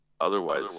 Otherwise